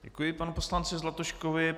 Děkuji panu poslanci Zlatuškovi.